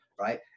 right